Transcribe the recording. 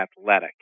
athletic